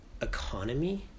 economy